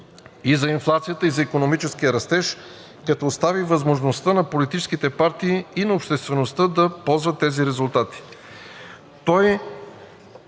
и за инфлацията, и за икономическия растеж, като остави възможността на политическите партии и на обществеността да ползват тези резултати. Той